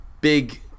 big